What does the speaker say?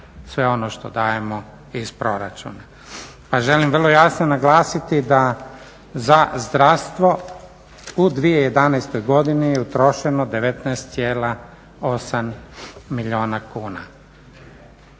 sve ono što dajemo iz proračuna. Pa želim vrlo jasno naglasiti da za zdravstvo u 2011. godini je utrošeno 19,8 milijuna kuna,